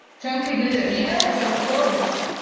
chunky glitter? yes, of course.